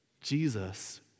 Jesus